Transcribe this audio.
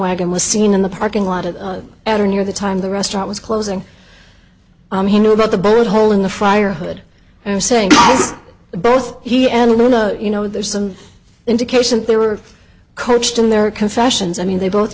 wagon was seen in the parking lot of at or near the time the restaurant was closing he knew about the bullet hole in the fryer hood and i'm saying both he and you know there's some indication they were coached in their confessions i mean they both